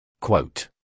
Quote